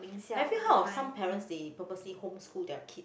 have you heard of some parents they purposely home school their kids